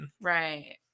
Right